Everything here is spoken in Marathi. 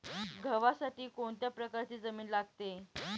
गव्हासाठी कोणत्या प्रकारची जमीन लागते?